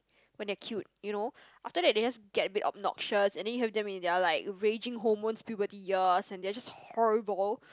when they're cute you know after that they has get a bit obnoxious and then you have them in their like raging hormones puberty years and they are just horrible